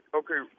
okay